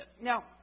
now